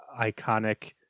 iconic